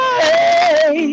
hey